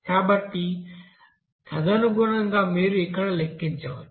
కాబట్టి తదనుగుణంగా మీరు ఇక్కడ లెక్కించవచ్చు